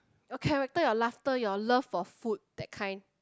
your character your laughter your love for food that kind